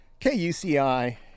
KUCI